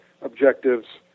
objectives